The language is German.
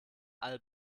all